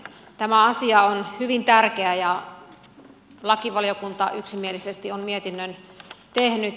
tämä asia on hyvin tärkeä ja lakivaliokunta yksimielisesti on mietinnön tehnyt